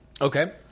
Okay